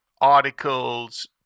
articles